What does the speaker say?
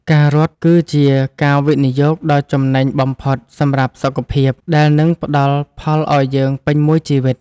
ការរត់គឺជាការវិនិយោគដ៏ចំណេញបំផុតសម្រាប់សុខភាព ដែលនឹងផ្ដល់ផលឱ្យយើងពេញមួយជីវិត។